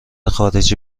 خارجی